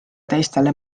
teistele